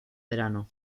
verano